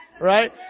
right